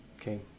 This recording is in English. Okay